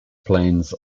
plains